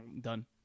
done